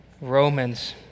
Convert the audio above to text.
Romans